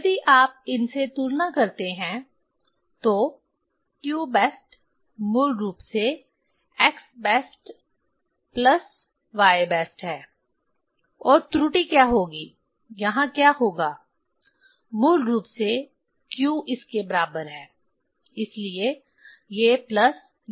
यदि आप इनसे तुलना करते हैं तो q बेस्ट मूल रूप से x best plus y best है और त्रुटि क्या होगी यहाँ क्या होगा मूल रूप से q इसके बराबर है इसलिए ये प्लस ये